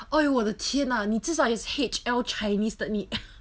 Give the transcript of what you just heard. !aiyo! 我的天呐你至少 is H_L chinese 的你